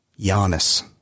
Giannis